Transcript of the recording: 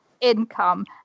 income